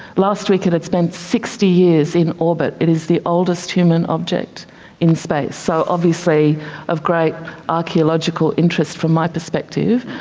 last week it had spent sixty years in orbit. it is the oldest human object in space, so obviously of great archaeological interest from my perspective,